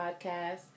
Podcast